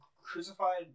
crucified